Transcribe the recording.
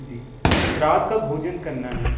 जी रात का भोजन करना हैं